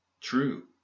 True